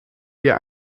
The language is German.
wir